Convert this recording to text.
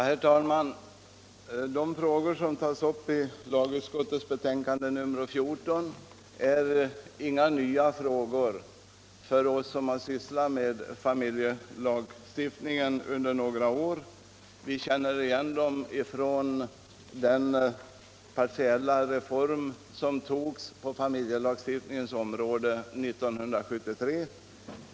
Herr talman! De frågor som tas upp i lagutskottets betänkande nr 14 är inte nya för oss som har sysslat med familjelagstiftning under några år. Vi känner igen dem från den partiella reform på familjelagstiftningens område som togs 1973.